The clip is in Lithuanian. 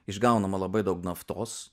išgaunama labai daug naftos